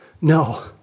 No